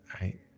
right